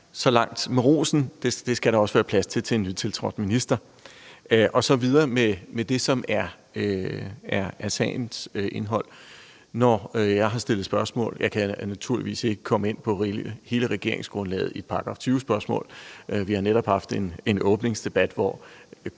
Så langt med rosen, det skal der også være plads til, når der er en nytiltrådt minister. Og så vil jeg gå videre med det, som er sagens indhold. Jeg kan naturligvis ikke komme ind på hele regeringsgrundlaget i et § 20-spørgsmål. Vi har netop haft en åbningsdebat, hvor